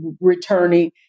Returning